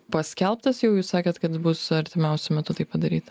paskelbtas jau jūs sakėt kad bus artimiausiu metu tai padaryta